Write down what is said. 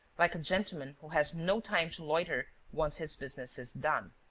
like a gentleman who has no time to loiter once his business is done.